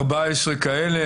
14 כאלה.